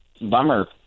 bummer